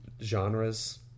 genres